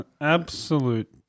absolute